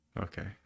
Okay